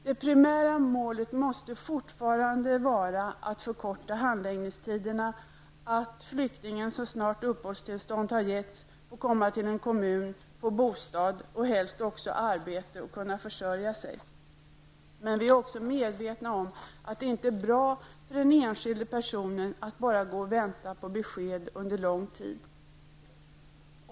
Det primära målet måste fortfarande vara att förkorta handläggningstiderna, att flyktingen så snart uppehållstillstånd har getts får komma till en kommun, får bostad och helst också arbete för att kunna försörja sig. Men vi är också medvetna om att det inte är bra för den enskilde att under lång tid bara gå och vänta på besked.